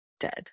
dead